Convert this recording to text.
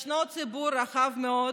יש ציבור רחב מאוד